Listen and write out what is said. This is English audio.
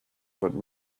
but